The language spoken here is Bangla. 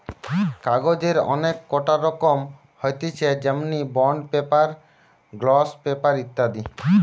কাগজের অনেক কটা রকম হতিছে যেমনি বন্ড পেপার, গ্লস পেপার ইত্যাদি